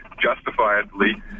justifiably